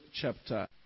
chapter